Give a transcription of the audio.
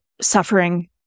suffering